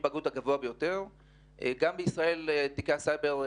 גם בישראל מתרבים מפגעי הסייבר.